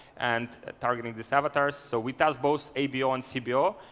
and targeting these avatars. so we test both abo and cbo.